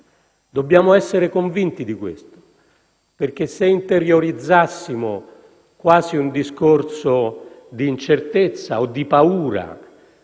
Dobbiamo essere convinti di questo, perché se interiorizzassimo quasi un discorso di incertezza o di paura